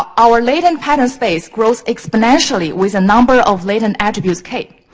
ah our latent pattern space grows exponentially with a number of latent attributes, k.